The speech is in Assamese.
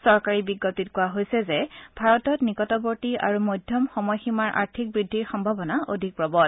চৰকাৰী বিজ্ঞপ্তিত কোৱা হৈছে যে ভাৰতত নিকটৱৰ্তী আৰু মধ্যম সময় সীমাৰ আৰ্থিক বৃদ্ধিৰ সম্ভাৱনা অধিক প্ৰবল